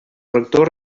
rector